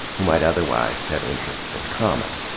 who might otherwise have interests in common.